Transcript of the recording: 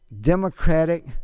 democratic